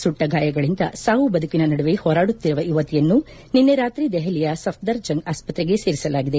ಸುಟ್ಲಗಾಯಗಳಿಂದ ಸಾವು ಬದುಕಿನ ನಡುವೆ ಹೋರಾಡುತ್ತಿರುವ ಯುವತಿಯನ್ನು ನಿನ್ನೆ ರಾತ್ರಿ ದೆಹಲಿಯ ಸಫ್ದರ್ ಜಂಗ್ ಆಸ್ಪತ್ರೆಗೆ ಸೇರಿಸಲಾಗಿದೆ